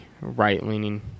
right-leaning